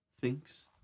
thinks